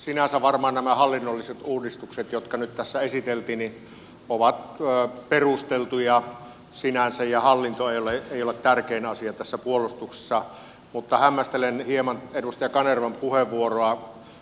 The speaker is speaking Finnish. sinänsä varmaan nämä hallinnolliset uudistukset jotka nyt tässä esiteltiin ovat perusteltuja ja hallinto ei ole tärkein asia tässä puolustuksessa mutta hämmästelen hieman edustaja kanervan puheenvuoroa